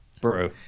Bro